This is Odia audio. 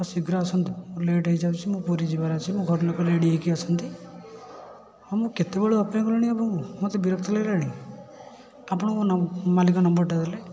ଅ ଶୀଘ୍ର ଆସନ୍ତୁ ମୋର ଲେଟ୍ ହେଇଯାଉଛି ମୁଁ ପୁରୀ ଯିବାର ଅଛି ମୋ ଘରଲୋକ ରେଡ଼ି ହେଇକି ଅଛନ୍ତି ହଁ ମୁଁ କେତେବେଳୁ ଅପେକ୍ଷା କଲିଣି ଆପଣଙ୍କୁ ମୋତେ ବିରକ୍ତ ଲାଗିଲାଣି ଆପଣଙ୍କ ନଂ ମାଲିକ ନମ୍ୱର୍ଟା ଦେଲେ